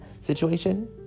situation